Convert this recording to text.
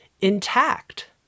intact